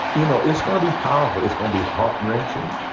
you know, it's gonna be powerful. it's gonna be heart-wrenching.